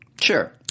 Sure